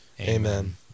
Amen